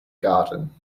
garden